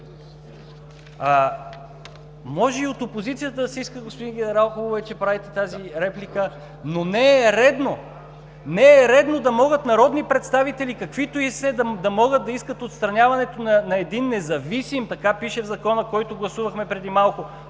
Може и от опозицията да се иска, господин генерал. Хубаво е, че правите тази реплика, но не е редно да могат народни представители, каквито и да са, да могат да искат отстраняването на един „независим“ – така пише в Закона, който гласувахме преди малко